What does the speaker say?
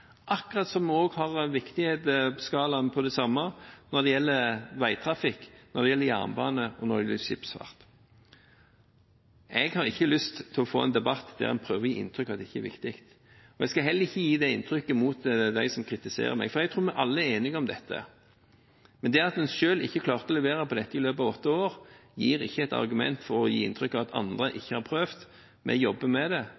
akkurat som vi også har samme viktighetskala når det gjelder veitrafikk, når det gjelder jernbane, og når det gjelder skipsfart. Jeg har ikke lyst til å få en debatt der man prøver å gi inntrykk av at det ikke er viktig. Men jeg skal heller ikke bruke det inntrykket mot dem som kritiserer meg, for jeg tror vi alle er enige om dette. Men det at en selv ikke klarte å levere på dette i løpet av åtte år, gir ikke et argument for å gi inntrykk av at andre ikke har prøvd. Vi jobber med det.